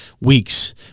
weeks